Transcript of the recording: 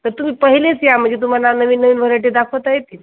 तर तुमी पहिले या म्हणजे तुम्हाला नवीन नवीन व्हरायटी दाखवता येतील